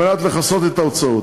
כדי לכסות את ההוצאות.